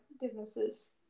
businesses